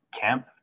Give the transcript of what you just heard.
Camp